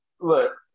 look